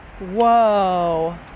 Whoa